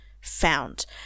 found